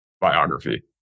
biography